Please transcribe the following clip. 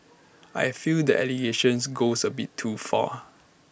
I fear that allegations goes A bit too far